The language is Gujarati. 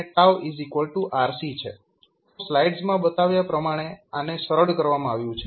તો સ્લાઇડ્સમાં બતાવ્યા પ્રમાણે આને સરળ કરવામાં આવ્યુ છે